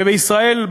בישראל,